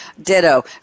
Ditto